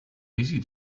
easy